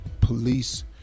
Police